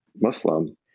Muslim